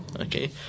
okay